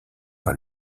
par